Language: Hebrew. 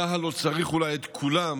צה"ל לא צריך אולי את כולם,